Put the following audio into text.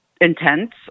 intense